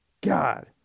God